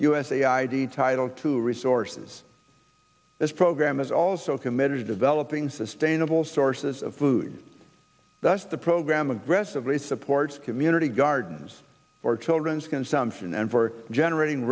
id title two resources this program is also committed developing sustainable sources of food that's the program aggressively supports community gardens for children's consumption and for generating